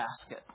basket